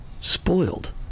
spoiled